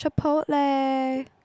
Chipotle